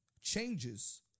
changes